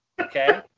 okay